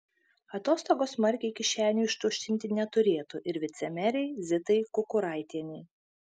atostogos smarkiai kišenių ištuštinti neturėtų ir vicemerei zitai kukuraitienei